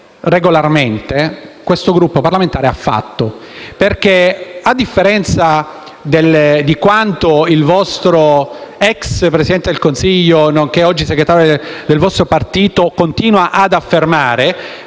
regolarmente questo Gruppo parlamentare ha fatto. Infatti, a differenza di quanto il vostro ex Presidente del Consiglio, oggi segretario del vostro partito, continua ad affermare,